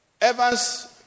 Evans